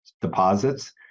deposits